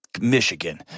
Michigan